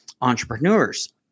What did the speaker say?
entrepreneurs